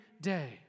day